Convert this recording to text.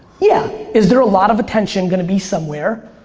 yeah, is there a lot of attention gonna be somewhere,